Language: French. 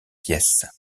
pièces